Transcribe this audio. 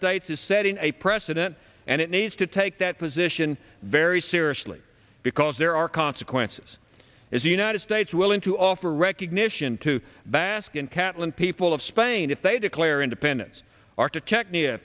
states is setting a precedent and it needs to take that position very seriously because there are consequences is the united states willing to offer recognition to baskin catalan people of spain if they declare independence architect